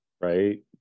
right